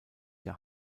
der